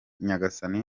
nyagasani